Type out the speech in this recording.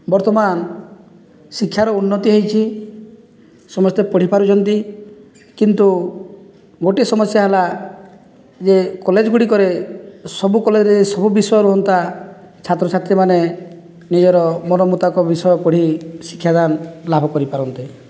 ବର୍ତ୍ତମାନ ଶିକ୍ଷାର ଉନ୍ନତି ହୋଇଛି ସମସ୍ତେ ପଢ଼ି ପାରୁଛନ୍ତି କିନ୍ତୁ ଗୋଟିଏ ସମସ୍ୟା ହେଲା ଯେ କଲେଜ ଗୁଡ଼ିକରେ ସବୁ କଲେଜରେ ସବୁ ବିଷୟ ରୁହନ୍ତା ଛାତ୍ର ଛାତ୍ରୀମାନେ ନିଜର ମନମୁତାବକ ବିଷୟ ପଢ଼ି ଶିକ୍ଷା ଦାନ ଲାଭ କରି ପାରନ୍ତେ